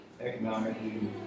economically